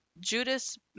Judas